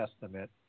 Testament